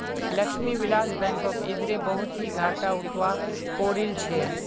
लक्ष्मी विलास बैंकक इधरे बहुत ही घाटा उठवा पो रील छे